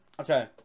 Okay